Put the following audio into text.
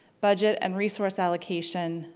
budget and resource allocation,